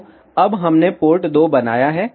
तो अब हमने पोर्ट 2 बनाया है